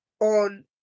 on